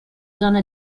zona